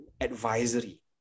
advisory